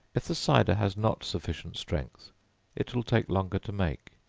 if the cider has not sufficient strength it will take longer to make.